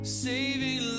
saving